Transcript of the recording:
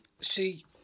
See